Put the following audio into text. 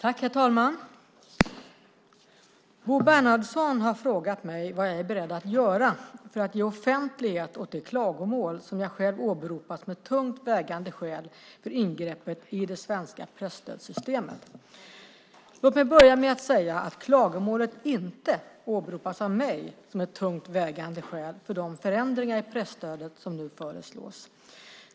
Herr talman! Bo Bernhardsson har frågat mig vad jag är beredd att göra för att ge offentlighet åt det klagomål som jag själv åberopar som ett tungt vägande skäl för ingreppet i det svenska presstödssystemet. Låt mig börja med att säga att klagomålet inte åberopas av mig som ett tungt vägande skäl för de förändringar i presstödet som nu föreslås.